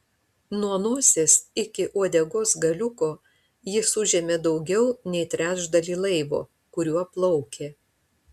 nuo nosies iki uodegos galiuko jis užėmė daugiau nei trečdalį laivo kuriuo plaukė